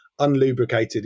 unlubricated